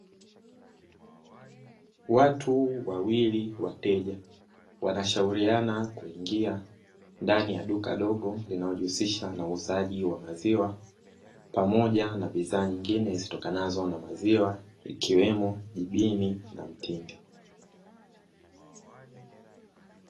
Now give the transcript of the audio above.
Watu wawili wateja wanashauriana kuingia ndani ya duka dogo, linalojihusisha na uuzaji wa maziwa pamoja na bidhaa nyingine zitokanazo nazo maziwa ikiwemo jibini na mtindi.